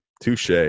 Touche